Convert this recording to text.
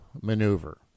maneuver